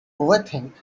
overthink